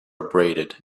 abraded